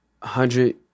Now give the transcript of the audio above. hundred